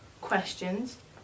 questions